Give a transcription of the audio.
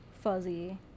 fuzzy